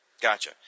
Gotcha